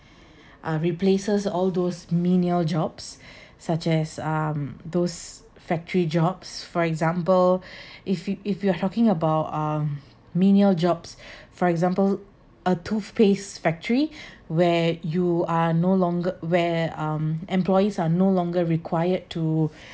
uh replaces all those menial jobs such as um those factory jobs for example if you if you are talking about uh menial jobs for example a toothpaste factory where you are no longer where um employees are no longer required to